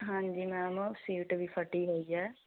ਹਾਂਜੀ ma'am seat ਵੀ ਫਟੀ ਹੋਈ ਹੈ